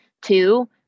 Two